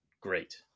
great